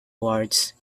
wards